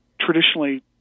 traditionally